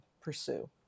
pursue